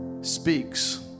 speaks